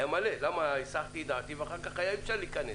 למה הסחתי את דעתי ואחר כך אי אפשר היה להכנס.